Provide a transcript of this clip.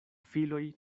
filoj